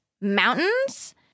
mountains